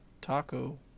taco